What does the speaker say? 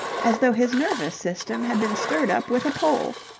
as though his nervous system had been stirred up with a pole.